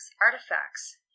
artifacts